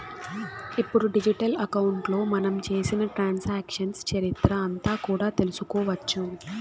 ఇప్పుడు డిజిటల్ అకౌంట్లో మనం చేసిన ట్రాన్సాక్షన్స్ చరిత్ర అంతా కూడా తెలుసుకోవచ్చు